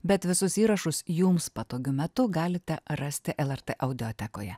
bet visus įrašus jums patogiu metu galite rasti lrt audiotekoje